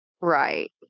Right